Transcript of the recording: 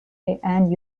and